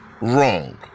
wrong